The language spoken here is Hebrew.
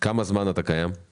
כמה זמן אתה קיים?